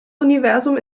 universum